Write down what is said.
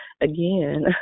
again